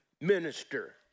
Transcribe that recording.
minister